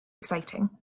exciting